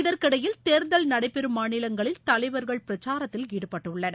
இதற்கிடையில் தேர்தல் நடைபெறும் மாநிலங்களில் தலைவர்கள் பிரச்சாரத்தில் ஈடுபட்டுள்ளனர்